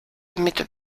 mit